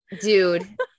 dude